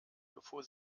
bevor